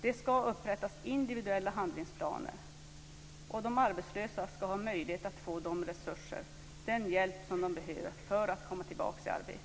Det ska upprättas individuella handlingsplaner, och de arbetslösa ska ha möjlighet att få de resurser och den hjälp som de behöver för att komma tillbaka i arbete.